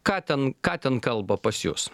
ką ten ką ten kalba pas jus